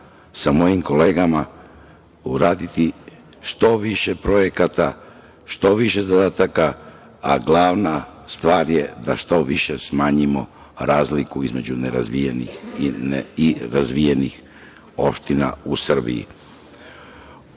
za mojim kolegama uraditi što više projekata, što više zadataka, a glavna stvar je da što više smanjimo razliku između nerazvijenih i razvijenih opština u Srbiji. Prvi